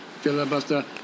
filibuster